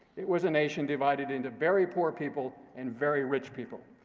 it was a nation divided into very poor people and very rich people.